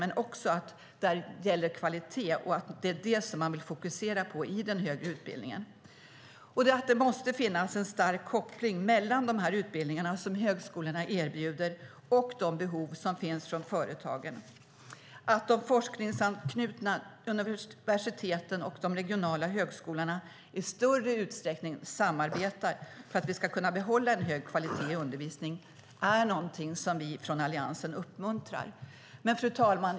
Men det gäller också kvalitet, och det är det som man vill fokusera på i den högre utbildningen. Det måste finnas en stark koppling mellan de utbildningar som högskolorna erbjuder och de behov som företagen har. Att de forskningsanknutna universiteten och de regionala högskolorna i större utsträckning samarbetar för att vi ska kunna behålla en hög kvalitet i undervisningen är något som vi från Alliansen uppmuntrar. Fru talman!